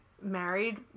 married